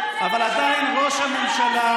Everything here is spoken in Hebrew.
אבל עדיין ראש הממשלה,